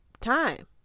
time